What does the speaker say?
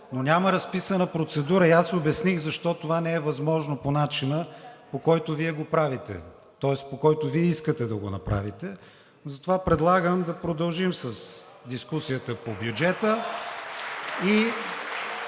но няма разписана процедура и аз обясних защо това не е възможно по начина, по който вие го правите, тоест по който Вие искате да го направите. Затова предлагам да продължим с дискусията по бюджета